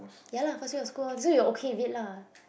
ya lah first year of school so you okay a bit lah